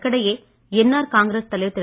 இதற்கிடையே என்ஆர் காங்கிரஸ் தலைவர் திரு